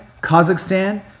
kazakhstan